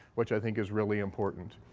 which i think is really important.